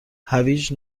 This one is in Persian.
هویج